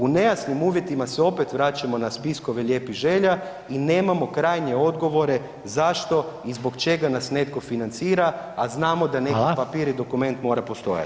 U nejasnim uvjetima se opet vraćamo na spiskove lijepih želja i nemamo krajnje odgovore zašto i zbog čega nas netko financira, a znamo [[Upadica: Hvala.]] da neki papir i dokument mora postojati.